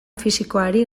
fisikoari